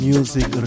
Music